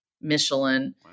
Michelin